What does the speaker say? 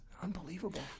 Unbelievable